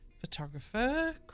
Photographer